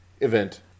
event